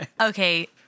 okay